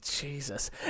Jesus